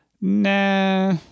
Nah